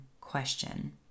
question